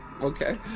Okay